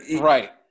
right